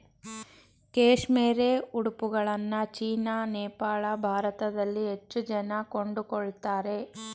cashmere ಉಡುಪುಗಳನ್ನ China, Nepal, ಭಾರತದಲ್ಲಿ ಹೆಚ್ಚು ಜನ ಕೊಂಡುಕೊಳ್ಳುತ್ತಾರೆ